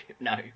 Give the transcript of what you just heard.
No